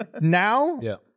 Now